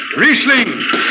Riesling